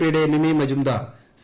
പിയുടെമിമിമജൂംദാർ C